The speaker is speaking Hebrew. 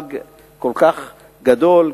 מושג כל כך גדול,